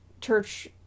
church